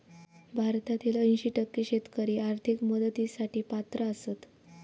भारतातील ऐंशी टक्के शेतकरी आर्थिक मदतीसाठी पात्र आसत